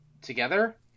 together